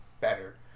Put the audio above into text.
better